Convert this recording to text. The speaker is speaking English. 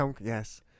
Yes